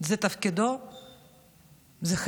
זה תפקידו.